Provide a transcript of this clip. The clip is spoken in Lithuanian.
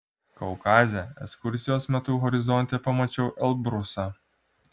kaukaze ekskursijos metu horizonte pamačiau elbrusą